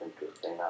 interesting